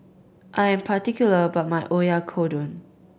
I'm particular about my Oyakodon